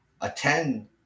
attend